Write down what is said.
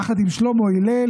יחד עם שלמה הלל,